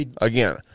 Again